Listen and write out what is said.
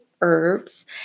herbs